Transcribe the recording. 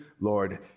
Lord